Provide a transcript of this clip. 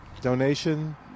donation